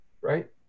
right